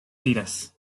tiras